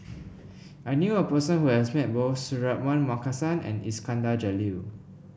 I knew a person who has met both Suratman Markasan and Iskandar Jalil